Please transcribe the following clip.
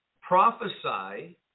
prophesy